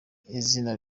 izina